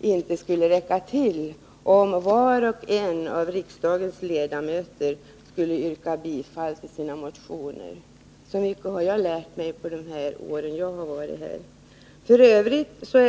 inte skulle räcka till, om var och en av riksdagens ledamöter yrkade bifall till sina motioner. Så mycket har jag lärt mig under de år jag har varit ledamot av riksdagen.